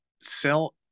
sell